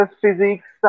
physics